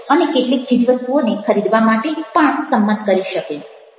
અને કેટલીક ચીજવસ્તુઓને ખરીદવા માટે પણ સંમત કરી શકે